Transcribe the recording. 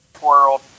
world